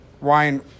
Ryan